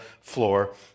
floor